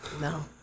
No